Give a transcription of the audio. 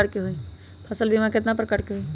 फसल बीमा कतना प्रकार के हई?